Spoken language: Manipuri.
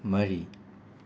ꯃꯔꯤ